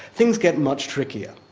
things get much trickier.